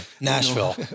Nashville